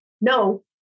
No